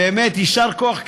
באמת יישר כוח,